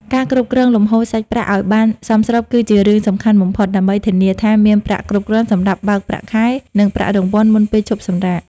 ការគ្រប់គ្រងលំហូរសាច់ប្រាក់ឱ្យបានសមស្របគឺជារឿងសំខាន់បំផុត ដើម្បីធានាថាមានប្រាក់គ្រប់គ្រាន់សម្រាប់បើកប្រាក់ខែ និងប្រាក់រង្វាន់មុនពេលឈប់សម្រាក។